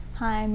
hi